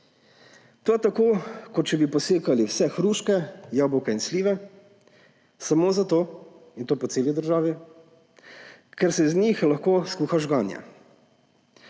To je tako, kot če bi posekali vse hruške, jabolka in slive samo zato, in to po celi državi, ker se iz njih lahko skuha žganje.